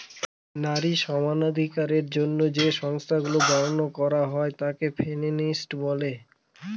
নারী সমানাধিকারের জন্য যে সংস্থাগুলা বানানো করা হয় তাকে ফেমিনিস্ট উদ্যোক্তা বলে